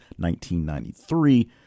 1993